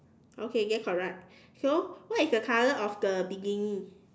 okay then correct so what is the color of the bikini